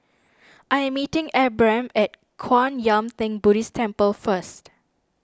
I am meeting Abram at Kwan Yam theng Buddhist Temple first